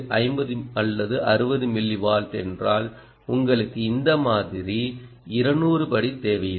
50 அல்லது 60 மில்லிவால்ட் என்றால் உங்களுக்கு இந்த மாதிரி 200 படி தேவையில்லை